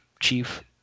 chief